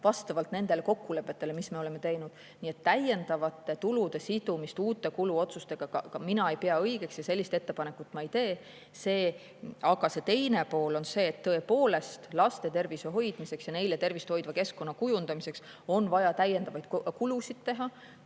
vastavalt nendele kokkulepetele, mis me oleme teinud. Nii et täiendavate tulude sidumist uute kuluotsustega ka mina ei pea õigeks ja sellist ettepanekut ei tee. Aga teine pool on see, et tõepoolest, laste tervise hoidmiseks ja neile tervist hoidva keskkonna kujundamiseks on vaja täiendavaid kulusid teha.